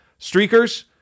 Streakers